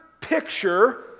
picture